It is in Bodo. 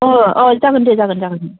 अ अ जागोन दे जागोन जागोन